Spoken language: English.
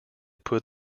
put